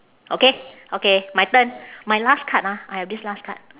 okay okay my turn my last card ah I have this last card